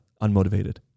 unmotivated